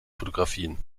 fotografien